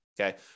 okay